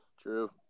True